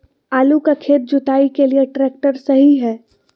आलू का खेत जुताई के लिए ट्रैक्टर सही है?